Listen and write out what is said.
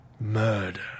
Murder